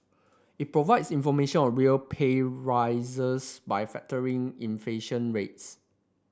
it provides information on real pay rises by factoring inflation rates